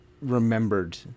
remembered